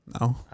No